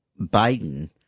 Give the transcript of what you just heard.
Biden